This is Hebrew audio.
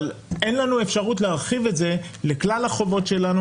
אבל אין לנו אפשרות להרחיב את זה לכלל החובות שלנו,